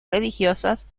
religiosas